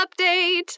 update